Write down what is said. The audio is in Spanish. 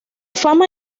fama